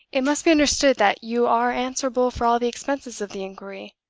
it must be understood that you are answerable for all the expenses of the inquiry.